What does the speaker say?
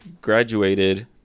graduated